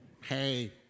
Hey